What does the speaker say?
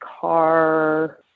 car